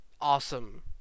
awesome